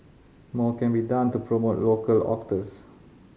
more can be done to promote local authors